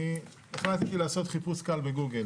אני החלטתי לעשות חיפוש קל בגוגל